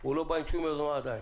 הוא לא בא עם שום יוזמה עדיין.